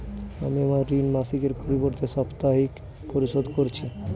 আমি আমার ঋণ মাসিকের পরিবর্তে সাপ্তাহিক পরিশোধ করছি